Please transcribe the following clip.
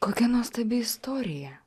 kokia nuostabi istorija